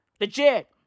Legit